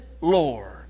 Lord